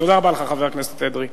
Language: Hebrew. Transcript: תודה רבה לך, חבר הכנסת אדרי.